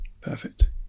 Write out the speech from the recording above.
Perfect